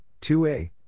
2a